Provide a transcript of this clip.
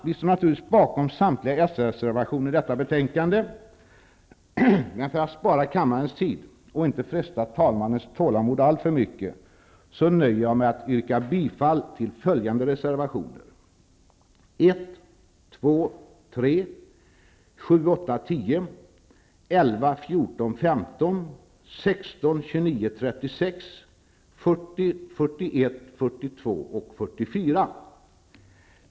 Vi står naturligtvis bakom samtliga socialdemokratiska reservationer till detta betänkande, men för att spara kammarens tid och inte fresta talmannens tålamod alltför mycket, nöjer jag mig med att yrka bifall till följande reservationer: 1, 2, 3, 7, 8, 10, 11, 14, 15, 16, 29, 36, 40, 41, 42 och 44.